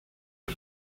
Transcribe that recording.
los